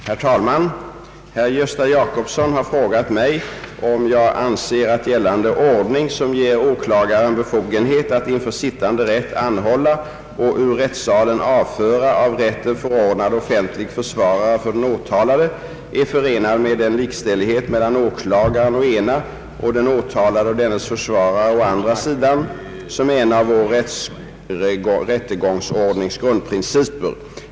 Herr talman! Herr Gösta Jacobsson har frågat mig om jag anser att gällande ordning, som ger åklagaren befogenhet att inför sittande rätt anhålla och ur rättssalen avföra av rätten förordnad offentlig försvarare för den åtalade, är förenlig med den likställighet mellan åklagaren, å ena, och den åtalade och dennes försvarare, å andra sidan, som är en av vår rättegångsordnings grundprinciper.